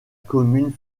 commune